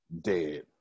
dead